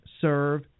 serve